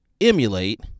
emulate